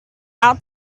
out